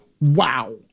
wow